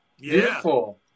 Beautiful